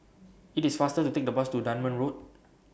IT IS faster to Take The Bus to Dunman Road